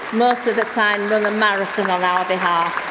most of the time, run a marathon on our behalf.